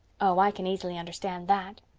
oh, i can easily understand that,